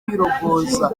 kwirogoza